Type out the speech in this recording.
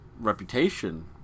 reputation